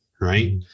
right